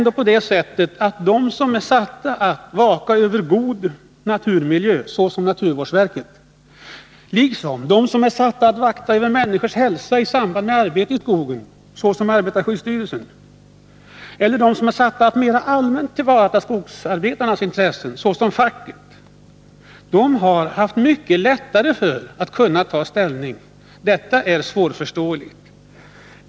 De som är satta att vaka över god naturmiljö, såsom naturvårdsverket, liksom de som är satta att vaka över människors hälsa i samband med arbete i skogen, såsom arbetarskyddsstyrelsen, och de som är satta att mera allmänt tillvarata skogsarbetarnas intressen, såsom facket, har haft det mycket lättare att ta ställning. Detta är svårförståeligt.